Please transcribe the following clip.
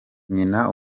nyina